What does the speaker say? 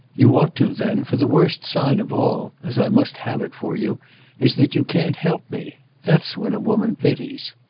you ought to then, for the worst sign of all as i must have it for you is that you can't help me. that's when a woman pities.